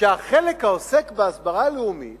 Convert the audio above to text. שהחלק העוסק בהסברה לאומית